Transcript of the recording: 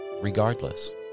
Regardless